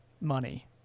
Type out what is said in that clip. money